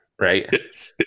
right